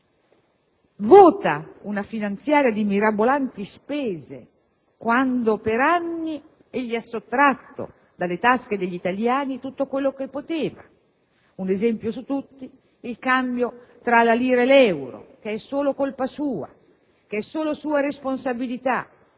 vota una legge finanziaria di mirabolanti spese dopo che per anni ha sottratto dalle tasche degli italiani tutto quello che poteva. Un esempio su tutti: il cambio tra la lira e l'euro, che è solo colpa sua, la cui responsabilità